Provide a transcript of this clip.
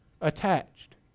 attached